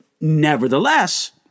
Nevertheless